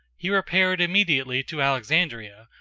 he repaired immediately to alexandria,